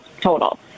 total